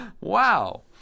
Wow